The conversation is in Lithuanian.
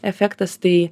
efektas tai